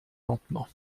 lentement